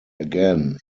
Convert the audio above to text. again